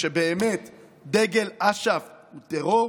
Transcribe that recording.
ושדגל אש"ף הוא טרור,